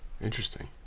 Interesting